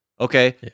Okay